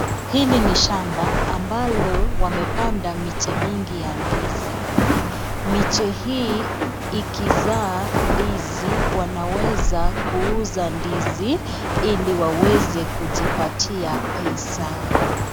Hili ni shamba ambalo wamepanda miche mingi ya ndizi. Miche hii ikizaa ndizi wanaweza kuuza ndizi ili waweze kujipatia pesa.